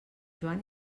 joan